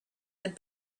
had